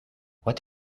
what